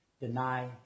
Deny